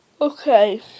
Okay